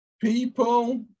People